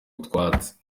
utwatsi